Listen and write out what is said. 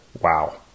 Wow